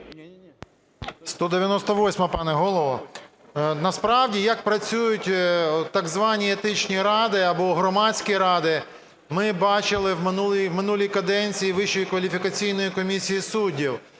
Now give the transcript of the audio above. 198-а, пане Голово. Насправді, як працюють так звані етичні ради або громадські ради, ми бачили в минулій каденції Вищої